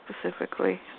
specifically